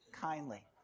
Kindly